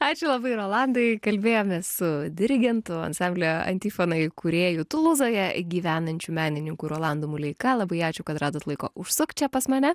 ačiū labai rolandai kalbėjomės su dirigentu ansamblio antifona įkūrėju tulūzoje gyvenančiu menininku rolandu muleika labai ačiū kad radot laiko užsukt čia pas mane